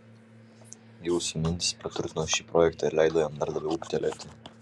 jūsų mintys praturtino šį projektą ir leido jam dar labiau ūgtelėti